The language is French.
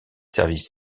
services